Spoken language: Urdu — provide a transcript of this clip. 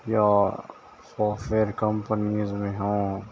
یا سافٹ ویئر کمپنیز میں ہوں